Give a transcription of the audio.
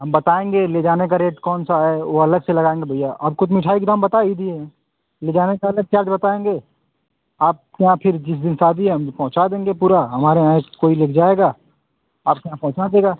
हम बताएँगे ले जाने का रेट कौन सा है वो अलग से लगाएँगे भैया आपको तो मिठाई का दाम बता ही दिए हैं ले जाने का अलग चार्ज बताएँगे आप के यहाँ फिर जिस दिन शादी है हम पहुँचा देंगे पूरा हमारे यहाँ से कोई लेके जाएगा आपके यहाँ पहुँचा देगा